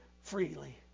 freely